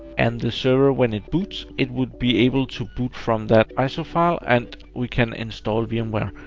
and the server, when it boots, it would be able to boot from that iso file, and we can install vmware.